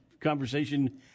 conversation